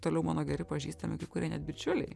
toliau mano geri pažįstami kai kurie net bičiuliai